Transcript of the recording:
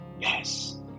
Yes